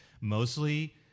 mostly